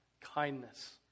kindness